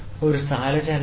ഒരു സ്ഥാനചലനം ഉണ്ട്